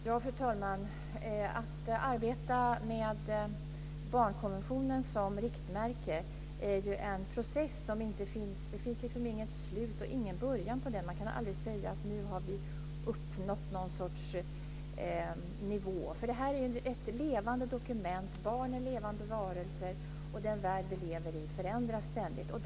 Fru talman! Att arbeta med barnkonventionen som riktmärke är en process som inte har något slut och inte någon början. Man kan aldrig säga: Nu har vi uppnått en viss nivå. Barnkonventionen är ju ett levande dokument, barn är levande varelser och den värld vi lever i förändras ständigt.